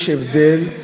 יש הבדל, סגורים,